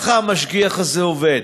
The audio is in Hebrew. ככה המשגיח הזה עובד,